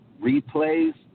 replays